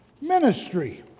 Ministry